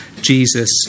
Jesus